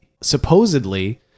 supposedly